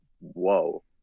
whoa